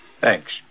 Thanks